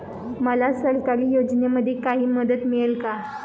मला सरकारी योजनेमध्ये काही मदत मिळेल का?